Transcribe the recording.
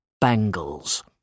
bangles